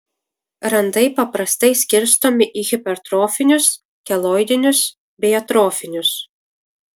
randai paprastai skirstomi į hipertrofinius keloidinius bei atrofinius